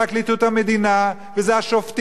וזה פקידים שיושבים מאחורי המכתבות,